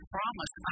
promise